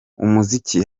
umuziki